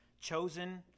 chosen